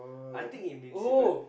I think invincible